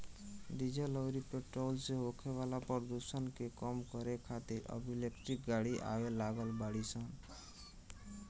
diesel अउरी petrol से होखे वाला प्रदुषण के कम करे खातिर अब इलेक्ट्रिक गाड़ी आवे लागल बाड़ी सन